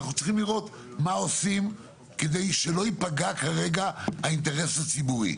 לראות מה עושים כדי שלא ייפגע כרגע האינטרס הציבורי.